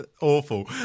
Awful